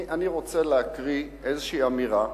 אני רוצה להקריא איזו אמירה,